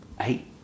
eight